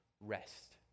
rest